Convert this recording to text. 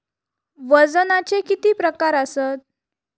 वजनाचे किती प्रकार आसत?